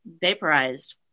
vaporized